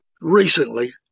recently